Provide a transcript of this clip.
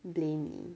blame 你